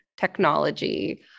technology